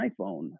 iPhone